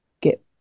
get